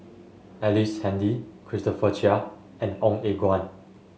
Ellice Handy Christopher Chia and Ong Eng Guan